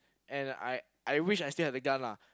and I I wish I still have the gun lah